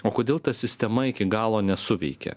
o kodėl ta sistema iki galo nesuveikia